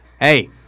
hey